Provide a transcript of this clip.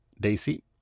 Daisy